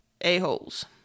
a-holes